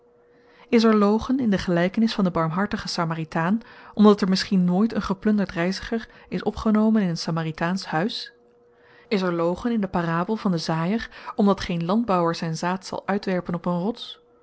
is er logen in de gelykenis van den barmhartigen samaritaan omdat er misschien nooit een geplunderd reiziger is opgenomen in een samaritaansch huis is er logen in de parabel van den zaaier omdat geen landbouwer zyn zaad zal uitwerpen op een rots